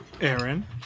Aaron